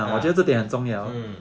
ah mm